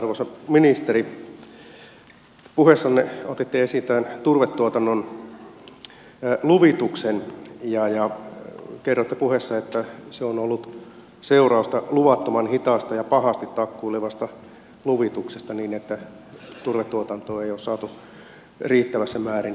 arvoisa ministeri puheessanne otitte esiin tämän turvetuotannon luvituksen ja kerroitte että se on ollut seurausta luvattoman hitaasta ja pahasti takkuilevasta luvituksesta niin että turvetuotantoa ei ole saatu riittävässä määrin käyttöön